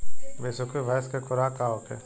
बिसुखी भैंस के खुराक का होखे?